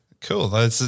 cool